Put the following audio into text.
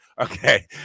Okay